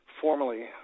formally